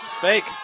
Fake